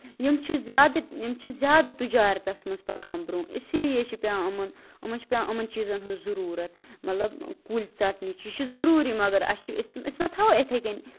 یِم چھِ زیادٕ یِم چھِ زیادٕ تِجارتَس منٛز پَکان برٛونٛہہ اِسی لیے چھِ پیٚوان یِمَن یِمن چھُ پیٚوان یِمَن چیٖزَن ہٕنٛز ضروٗرت مَطلب کُلۍ ژَٹنٕچ یہِ چھُ ضروٗری مَگر اَسہِ چھُ أسۍ أسۍ ما تھاوَو یِتھٕے کٔنۍ